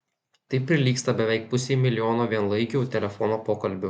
tai prilygsta beveik pusei milijono vienlaikių telefono pokalbių